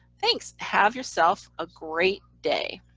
thanks. have yourself a great day.